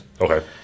Okay